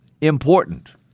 important